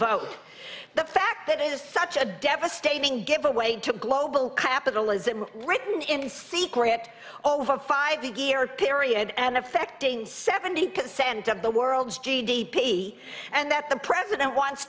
vote the fact that is such a devastating giveaway to global capitalism written in secret over five the gear period and affecting seventy percent of the world's g d p and that the president wants